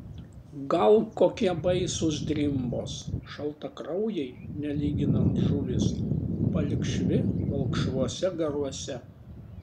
gal kokie baisūs drimbos šaltakraujai nelyginant žuvys balkšvi balkšvuose garuose